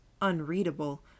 unreadable